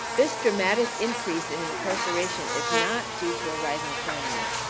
this dramatic increase in incarceration is not due to a rising crime rate.